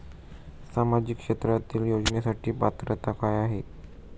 सामाजिक क्षेत्रांतील योजनेसाठी पात्रता काय आहे?